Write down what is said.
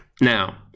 Now